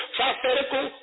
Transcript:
prophetical